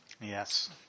Yes